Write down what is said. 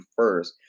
first